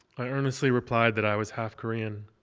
i earnestly replied that i was half korean.